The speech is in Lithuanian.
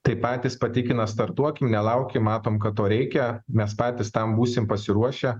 tai patys patikina startuokim nelaukim matom kad to reikia mes patys tam būsim pasiruošę